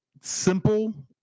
simple